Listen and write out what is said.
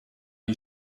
you